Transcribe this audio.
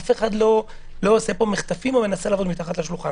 אף אחד לא עושה פה מחטפים או מנסה לעבוד מתחת לשולחן,